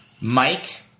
Mike